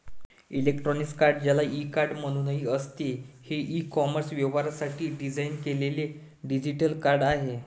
electronic card, ज्याला e card म्हणूनही असते, हे ई कॉमर्स व्यवहारांसाठी डिझाइन केलेले डेबिट कार्ड आहे